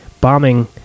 Bombing